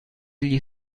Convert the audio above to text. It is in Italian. gli